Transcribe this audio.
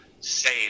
say